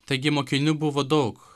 taigi mokinių buvo daug